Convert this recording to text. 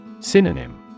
Synonym